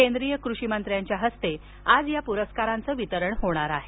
केंद्रीय कृषी मंत्र्यांच्या हस्ते आज या प्रस्काराचं वितरण होणार आहे